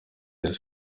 myiza